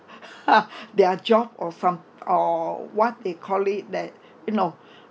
their job or from or what they call it that you know